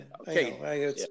Okay